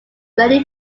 ready